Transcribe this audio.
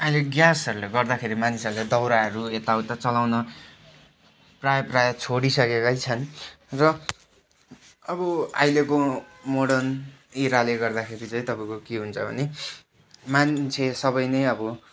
अहिले ग्यासहरूले गर्दाखेरि मानिसहरूले दाउराहरू यताउता चलाउन प्रायः प्रायः छोडिसकेकै छन् र अब अहिलेको मोडर्न एराले गर्दाखेरि चाहिँ तपाईँको के हुन्छ भने मान्छे सबै नै अब